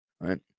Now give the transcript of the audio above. Right